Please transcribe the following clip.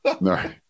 right